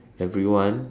everyone